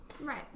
Right